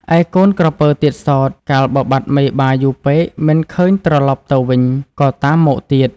ឯកូនក្រពើទៀតសោត កាលបើបាត់មេបាយូរពេក មិនឃើញត្រឡប់ទៅវិញ ក៏តាមមកទៀត